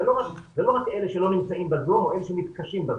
וזה לא רק אלה שלא נמצאים בזום או אלה שמתקשים בזום.